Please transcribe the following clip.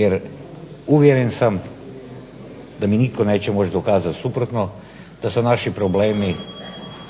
Jer uvjeren sam da mi nitko neće moći dokazati suprotno, da su naši problemi